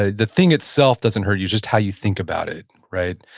ah the thing itself doesn't hurt you. just how you think about it, right?